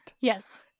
Yes